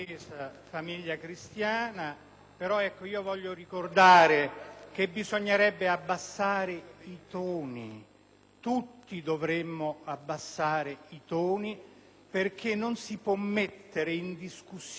tutti dovremmo abbassare i toni, perché non si può mettere in discussione la libertà di stampa, anche quando è riferita a notizie che non ci fanno comodo.